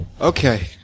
Okay